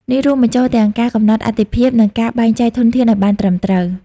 នេះរួមបញ្ចូលទាំងការកំណត់អាទិភាព និងការបែងចែកធនធានឱ្យបានត្រឹមត្រូវ។